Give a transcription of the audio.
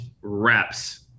reps